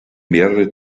mehrere